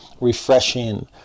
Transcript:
refreshing